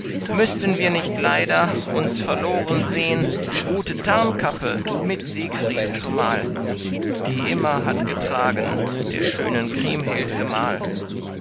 müßten wir nicht leider uns verloren sehn die gute tarnkappe mit siegfried zumal die immer hat getragen der schönen kriemhild gemahl